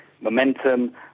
momentum